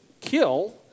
kill